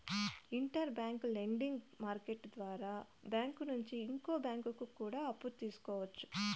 inter bank lending market ద్వారా bank నుంచి ఇంకో బ్యాంకు కూడా అప్పు తీసుకోవచ్చు